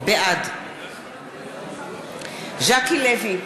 בעד ז'קי לוי,